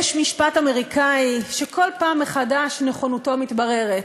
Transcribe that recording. יש משפט אמריקני שכל פעם מחדש נכונותו מתבררת: